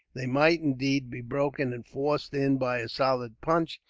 they might, indeed, be broken and forced in by a solid punch,